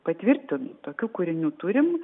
patvirtinu tokių kūrinių turim